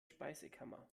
speisekammer